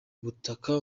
butaka